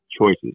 choices